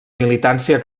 militància